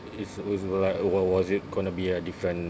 it's always go like what was it gonna be a different